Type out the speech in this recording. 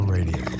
Radio